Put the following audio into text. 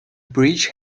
bridge